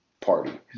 party